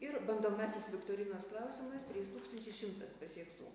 ir bandomąsis viktorinos klausimas trys tūkstančiai šimtas pasiektų